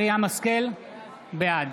בעד